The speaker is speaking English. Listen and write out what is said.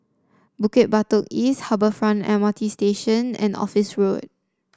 Bukit Batok East Harbour Front M R T Station and Office Road